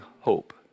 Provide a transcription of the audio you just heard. hope